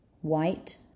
white